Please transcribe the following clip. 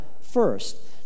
first